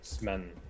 men